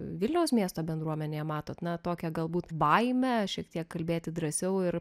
vilniaus miesto bendruomenė matote ne tokią galbūt baimę šiek tiek kalbėti drąsiau ir